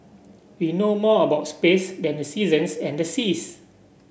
we know more about space than the seasons and the seas